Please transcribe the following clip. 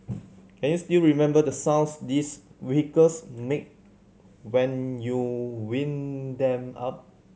can you still remember the sounds these vehicles make when you wind them up